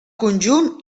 conjunt